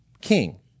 king